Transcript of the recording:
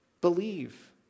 believe